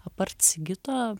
apart sigito